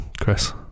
Chris